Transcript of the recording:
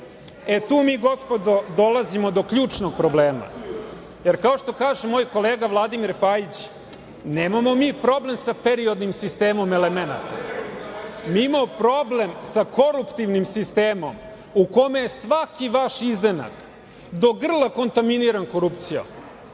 tu mi, gospodo, dolazimo do ključnog problema, jer kao što kaže moj kolega Vladimir Pajić, nemamo mi problem sa periodnim sistemom elemenata, mi imamo problem sa koruptivnim sistemom u kome je svaki vaš izdanak do grla kontaminiran korupcijom.